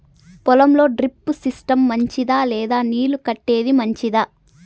పొలం లో drip system మంచిదా లేదా నీళ్లు కట్టేది మంచిదా?